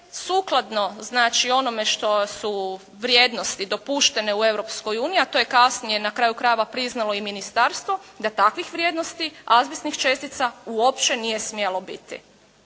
sukladno znači onome što su vrijednosti dopuštene u Europskoj uniji, a to je kasnije na kraju krajeva priznalo i ministarstvo, da takvih vrijednosti azbestnih čestica uopće nije smjelo biti.